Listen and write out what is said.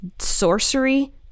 sorcery